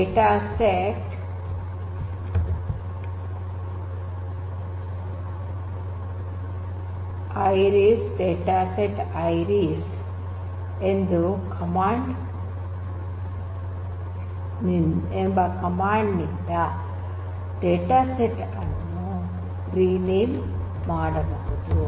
dataset 🖫📫 iris dataset 🖫📫 iris command ನಿಂದ dataset ಅನ್ನು rename ಮಾಡಬಹುದು